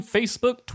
Facebook